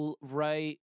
right